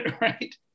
right